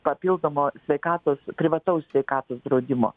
papildomo sveikatos privataus sveikatos draudimo